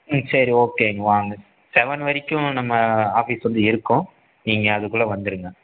ம் சரி ஓகேங்க வாங்க செவன் வரைக்கும் நம்ம ஆஃபீஸ் வந்து இருக்கும் நீங்கள் அதுக்குள்ளே வந்துடுங்க